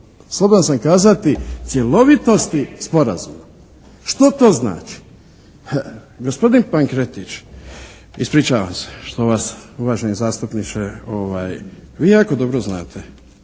slobodan sam kazati, cjelovitosti sporazuma. Što to znači? Gospodin Pankretić, ispričavam se što vas uvaženi zastupniče, vi jako dobro znate